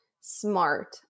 Smart